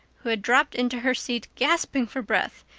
who had dropped into her seat, gasping for breath,